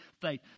faith